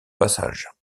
passage